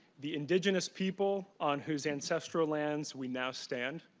the indigenous people, on whose ancestral lands we now stand.